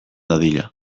dadila